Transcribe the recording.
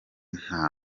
nta